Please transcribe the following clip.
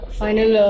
final